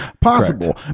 possible